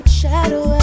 shadow